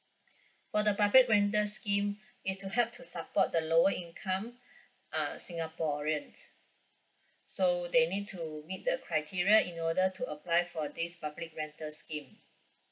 for the public rental scheme is to help to support the lower income uh singaporean so they need to meet the criteria in order to apply for this public rental scheme